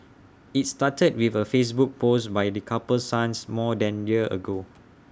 IT started with A Facebook post by the couple's son more than year ago